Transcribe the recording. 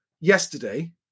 yesterday